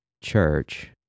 church